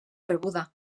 rebuda